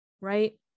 right